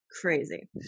crazy